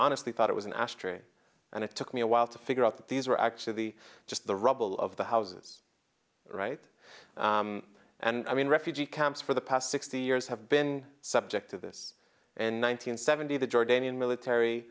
honestly thought it was an ashtray and it took me a while to figure out that these are actually just the rubble of the houses right and i mean refugee camps for the past sixty years have been subject to this in one nine hundred seventy the jordanian military